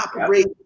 operate